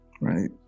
right